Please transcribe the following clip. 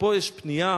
פה יש פנייה